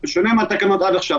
כמו שהיה בהקשרים אחרים,